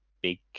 big